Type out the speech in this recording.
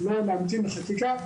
לא להמתין לחקיקה,